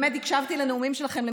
הקשבתי לנאומים שלכם,